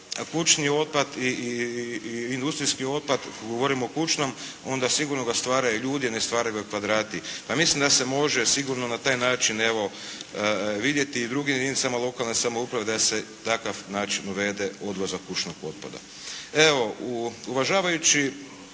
kućni otpad i industrijski otpad, govorim o kućnom, onda sigurno ga stvaraju ljudi, ne stvaraju ga kvadrati. Pa mislim da se može sigurno na taj način evo vidjeti i u drugim jedinicama lokalne samouprave da se takav način uvede odvoza kućnog otpada. Evo, uvažavajući